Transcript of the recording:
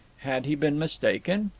had he been mistaken?